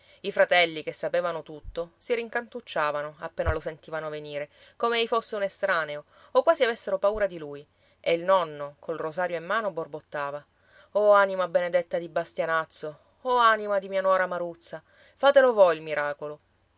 i fratelli che sapevano tutto si rincantucciavano appena lo sentivano venire come ei fosse un estraneo o quasi avessero paura di lui e il nonno col rosario in mano borbottava o anima benedetta di bastianazzo o anima di mia nuora maruzza fatelo voi il miracolo